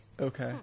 Okay